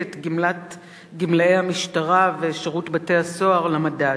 את גמלאי המשטרה ושירות בתי-הסוהר למדד.